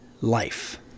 life